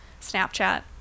Snapchat